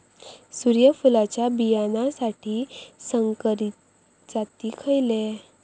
सूर्यफुलाच्या बियानासाठी संकरित जाती खयले?